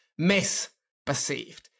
misperceived